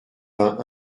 vingt